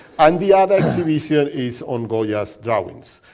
and the other exhibition is on goya's drawings.